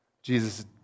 Jesus